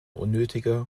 unnötige